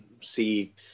see